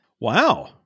Wow